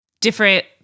different